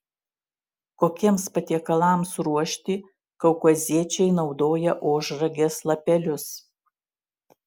kokiems patiekalams ruošti kaukaziečiai naudoja ožragės lapelius